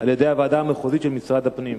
על-ידי הוועדה המחוזית של משרד הפנים.